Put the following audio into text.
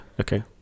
Okay